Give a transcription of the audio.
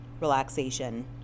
relaxation